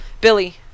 Billy